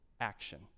action